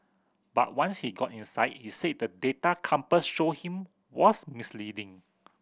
but once he got inside he said the data Compass showed him was misleading